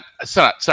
Sorry